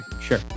Sure